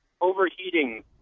overheating